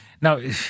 Now